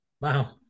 Wow